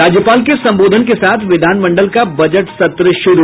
राज्यपाल के संबोधन के साथ विधानमंडल का बजट सत्र शुरू